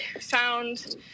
found